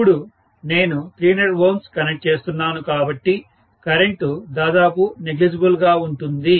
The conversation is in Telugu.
ఇప్పుడు నేను 300Ω కనెక్ట్ చేస్తున్నాను కాబట్టి కరెంటు దాదాపు నెగ్లిజిబుల్ గా ఉంటుంది